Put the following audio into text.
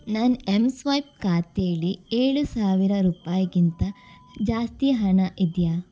ನನ್ನ ಎಂಸ್ವೈಪ್ ಖಾತೇಲಿ ಏಳು ಸಾವಿರ ರುಪಾಯಿಗಿಂತ ಜಾಸ್ತಿ ಹಣ ಇದೆಯಾ